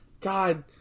God